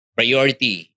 priority